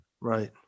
Right